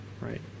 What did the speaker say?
right